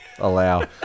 allow